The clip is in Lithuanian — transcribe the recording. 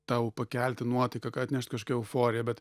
tau pakelti nuotaiką atnešt kažkokią euforiją bet